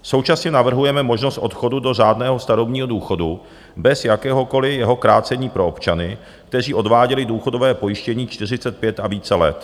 Současně navrhujeme možnost odchodu do řádného starobního důchodu bez jakéhokoliv jeho krácení pro občany, kteří odváděli důchodové pojištění 45 a více let.